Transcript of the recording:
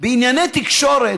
בענייני תקשורת,